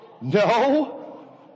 No